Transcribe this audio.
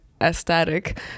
aesthetic